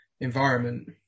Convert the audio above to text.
environment